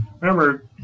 Remember